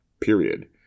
Period